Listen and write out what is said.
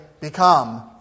become